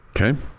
Okay